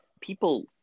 people